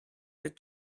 did